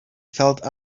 felt